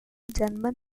german